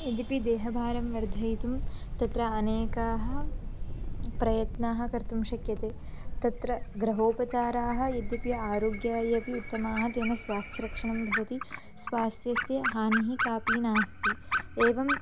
यद्यपि देहभारं वर्धयितुम् तत्र अनेकाः प्रयत्नाः कर्तुं शक्यते तत्र ग्रहोपचाराः यद्यपि आरोग्यायपि उत्तमाः तेन स्वास्थ्यरक्षणं भवति स्वास्थ्यस्य हानिः कापि नास्ति एवं